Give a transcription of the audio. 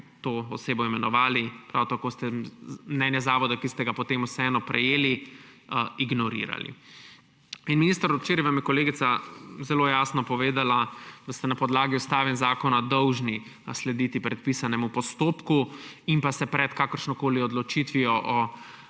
ste to osebo imenovali. Prav tako ste mnenje zavoda, ki ste ga potem vseeno prejeli, ignorirali. Minister, včeraj vam je kolegica zelo jasno povedala, da ste na podlagi ustave in zakona dolžni slediti predpisanemu postopku in ste se pred kakršnokoli odločitvijo